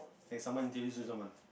like someone dates someone